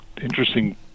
interesting